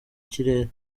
kirere